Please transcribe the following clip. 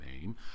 name